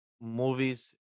movies